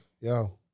Yo